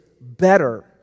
better